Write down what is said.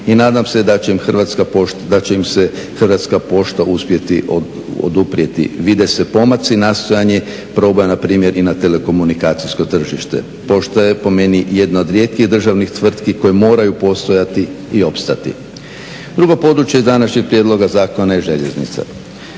ogromni i da će im se Hrvatska pošta uspjeti oduprijeti. Vide se pomaci, nastojanje, …/Govornik se ne razumije./… npr. i na telekomunikacijsko tržište. Pošta je po meni jedna od rijetkih državnih tvrtki koje moraju postojati i opstati. Drugo područje današnjeg prijedloga zakona je željeznica.